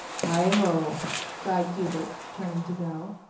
heigho! sighed hubert, turning to go,